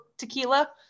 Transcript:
Tequila